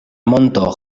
monto